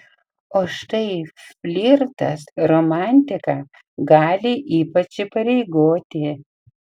o štai flirtas romantika gali ypač įpareigoti